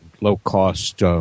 low-cost –